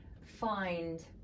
find